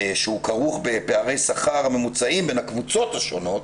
וכרוך בפערי שכר ממוצעים בין הקבוצות השונות